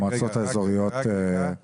אני